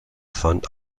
fand